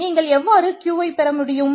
நீங்கள் எவ்வாறு Qவை பெற முடியும்